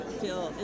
feel